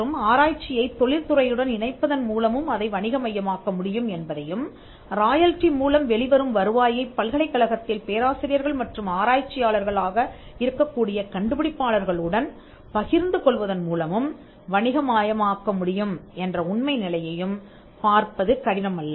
மற்றும் ஆராய்ச்சியைத் தொழில் துறையுடன் இணைப்பதன் மூலமும் அதை வணிக மையமாக்க முடியும் என்பதையும் ராயல்டி மூலம் வெளி வரும் வருவாயைப் பல்கலைக்கழகத்தில் பேராசிரியர்கள் மற்றும் ஆராய்ச்சி யாளர்கள் ஆக இருக்கக் கூடிய கண்டுபிடிப்பாளர்கள் உடன் பகிர்ந்து கொள்வதன் மூலமும் வணிகமயமாக்க முடியும் என்ற உண்மை நிலையையும் பார்ப்பது கடினம் அல்ல